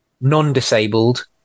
non-disabled